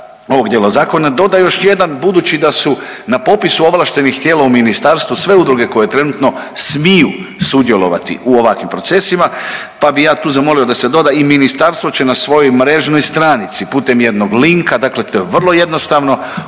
ovog dijela zakona doda još jedan budući da su na popisu ovlaštenih tijela u ministarstvu sve udruge koje trenutno smiju sudjelovati u ovakvim procesima, pa bi ja tu zamolio da se doda i ministarstvo će na svojoj mrežnoj stranici putem jednog linka, dakle to je vrlo jednostavno